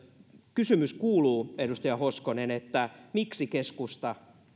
kysymys kuuluu edustaja hoskonen miksi keskusta